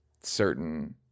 certain